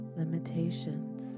limitations